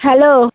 hello